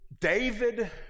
David